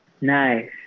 Nice